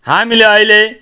हामीले अहिले